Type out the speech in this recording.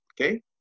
Okay